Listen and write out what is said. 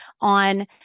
on